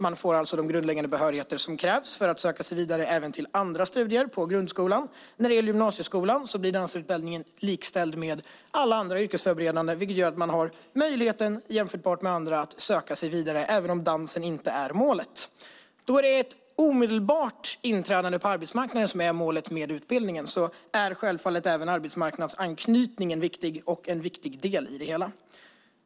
De får alltså de grundläggande behörigheter som krävs för att söka sig vidare även till andra studier på grundskolan. När det gäller gymnasieskolan blir dansarutbildningen likställd med alla andra yrkesförberedande utbildningar, vilket gör att man har en jämförbar möjlighet med andra att söka sig vidare, även om dansen inte är målet. Då det är ett omedelbart inträdande på arbetsmarknaden som är målet med utbildningen är självfallet även arbetsmarknadsanknytningen viktig och en viktig del i det hela.